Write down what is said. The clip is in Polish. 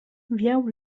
wiał